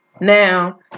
Now